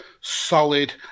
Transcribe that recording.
solid